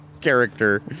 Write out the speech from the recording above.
character